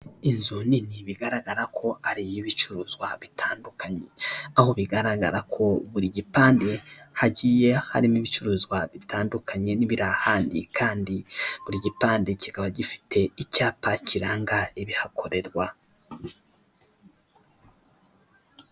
Inzu nini bigaragara ko ari iy'ibicuruzwa bitandukanye, aho bigaragara ko buri gipande hagiye harimo ibicuruzwa bitandukanye n'ibirahandi, kandi buri gipande kikaba gifite icyapa kiranga ibihakorerwa.